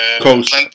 coast